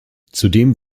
zudem